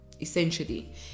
essentially